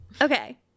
Okay